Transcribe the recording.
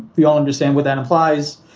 we all understand what that implies.